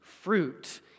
fruit